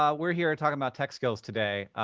um we're here talking about tech skills today.